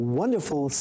wonderful